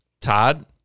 Todd